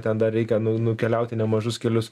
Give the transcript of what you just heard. ten dar reikia nu nukeliauti nemažus kelius